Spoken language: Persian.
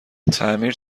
تعمیر